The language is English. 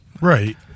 Right